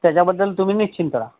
त्याच्याबद्दल तुम्ही निश्चिंत रहा